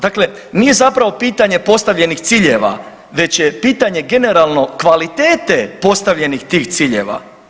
Dakle, nije zapravo pitanje postavljenih ciljeva već je pitanje generalno kvalitete postavljenih tih ciljeva.